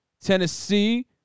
Tennessee